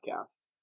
podcast